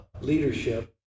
leadership